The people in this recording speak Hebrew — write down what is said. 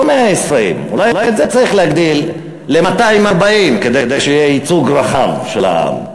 לא 120. אולי את זה צריך להגדיל ל-240 כדי שיהיה ייצוג רחב של העם.